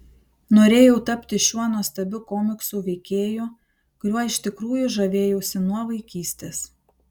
norėjau tapti šiuo nuostabiu komiksų veikėju kuriuo iš tikrųjų žavėjausi nuo vaikystės